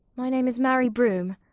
my name is mary broome.